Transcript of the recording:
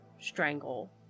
strangle